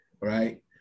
right